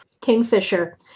Kingfisher